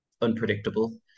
unpredictable